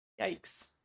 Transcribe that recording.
Yikes